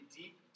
deep